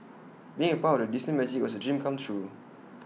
being A part of the Disney magic was A dream come true